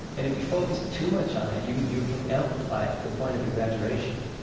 and if you focus too much on it, you, you can amplify it to the point of exaggeration.